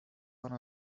one